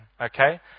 okay